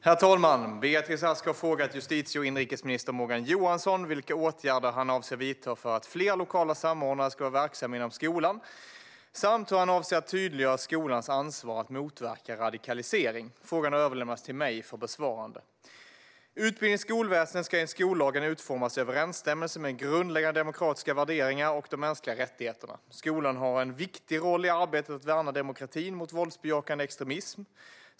Herr talman! Beatrice Ask har frågat justitie och inrikesminister Morgan Johansson vilka åtgärder han avser att vidta för att fler lokala samordnare ska vara verksamma inom skolan samt hur han avser att tydliggöra skolans ansvar att motverka radikalisering. Frågan har överlämnats till mig för besvarande. Utbildning i skolväsendet ska enligt skollagen utformas i överensstämmelse med grundläggande demokratiska värderingar och de mänskliga rättigheterna. Skolan har en viktig roll i arbetet att värna demokratin mot våldsbejakande extremism.